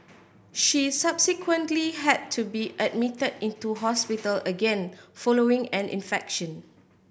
she subsequently had to be admitted into hospital again following an infection